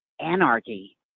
anarchy